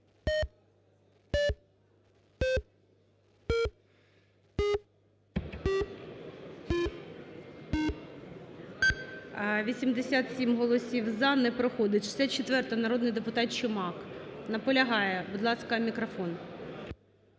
87 голосів "за". Не проходить. 64-а. Народний депутат Чумак. Наполягає. Будь ласка, мікрофон.